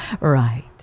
Right